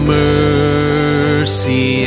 mercy